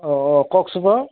অঁ অঁ কওকচোন বা